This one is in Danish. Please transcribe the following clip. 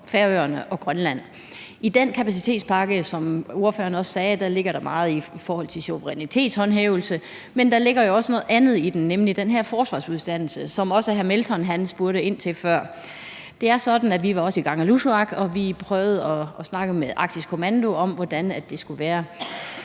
Færøerne og Grønland. I den kapacitetspakke ligger der, som ordføreren også sagde, meget vedrørende suverænitetshåndhævelse, men der ligger jo også noget andet i den, nemlig den her forsvarsuddannelse, som også hr. Christoffer Aagaard Melson spurgte ind til før. Det er sådan, at vi også var i Kangerlussuaq, og vi prøvede at snakke med Arktisk Kommando om, hvordan det skulle være.